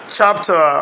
chapter